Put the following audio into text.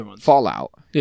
Fallout